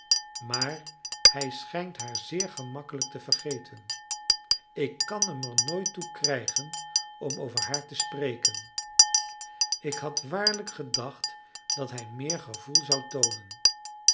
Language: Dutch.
maar hij schijnt haar zeer gemakkelijk te vergeten ik kan hem er nooit toe krijgen om over haar te spreken ik had waarlijk gedacht dat hij meer gevoel zou toonen